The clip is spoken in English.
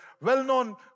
well-known